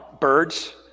birds